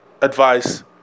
advice